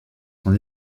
son